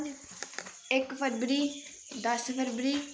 इक फरबरी दस फरबरी